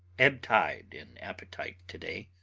ebb tide in appetite to-day.